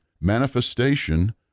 manifestation